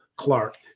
Clark